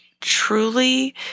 truly